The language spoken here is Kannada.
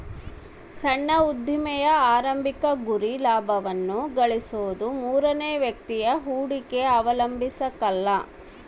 ಸಣ್ಣ ಉದ್ಯಮಿಯ ಆರಂಭಿಕ ಗುರಿ ಲಾಭವನ್ನ ಗಳಿಸೋದು ಮೂರನೇ ವ್ಯಕ್ತಿಯ ಹೂಡಿಕೆ ಅವಲಂಬಿಸಕಲ್ಲ